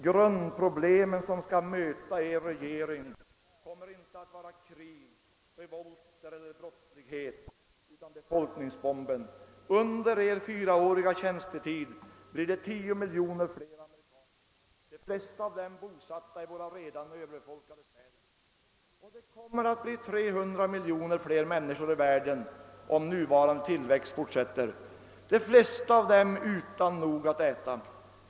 Grundproblemen som skall möta Er regering kommer inte att vara krig, revolter eller brottslighet utan befolkningsbomben. Under Er fyraåriga tjänstetid blir det 10 miljoner fler ame rikaner — de flesta av dem bosatta i våra redan överbefolkade städer, och det kommer att bli 300 miljoner fler människor i världen om nuvarande tillväxt sker — de flesta av dem utan nog att äta.